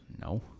No